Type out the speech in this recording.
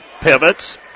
Pivots